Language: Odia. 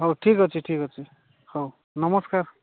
ହଉ ଠିକ୍ ଅଛି ଠିକ୍ ଅଛି ହଉ ନମସ୍କାର